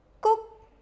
Cook